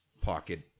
pocket